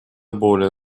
более